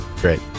Great